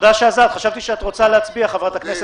עכשיו יסתבר שיש טעות בחישוב של אחד